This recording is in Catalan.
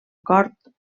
cort